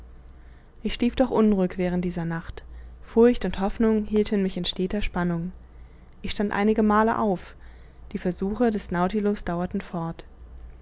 ich schlief doch unruhig während dieser nacht furcht und hoffnung hielten mich in steter spannung ich stand einige mal auf die versuche des nautilus dauerten fort